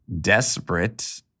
desperate